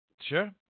sure